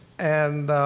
and